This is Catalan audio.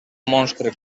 monstre